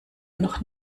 noch